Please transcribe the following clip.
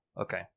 Okay